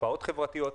השפעות חברתיות.